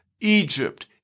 Egypt